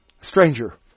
Stranger